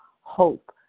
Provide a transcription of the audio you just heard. Hope